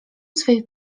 swej